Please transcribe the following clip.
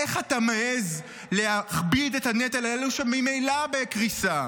איך אתה מעז להכביד את הנטל על אלה שממילא בקריסה?